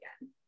again